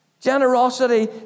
Generosity